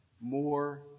more